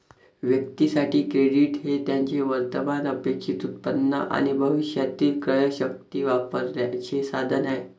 व्यक्तीं साठी, क्रेडिट हे त्यांचे वर्तमान अपेक्षित उत्पन्न आणि भविष्यातील क्रयशक्ती वापरण्याचे साधन आहे